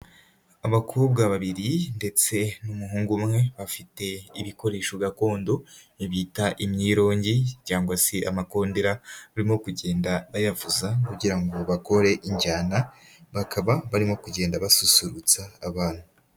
Abakobwa babiri ndetse n'umuhungu umwe bafite ibikoresho gakondo, bita imyirongi cyangwa se amakondera, baririmo kugenda bayavuza kugira ngo bakore injyana, bakaba barimo kugenda basusurutsa abantu.